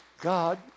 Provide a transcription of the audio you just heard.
God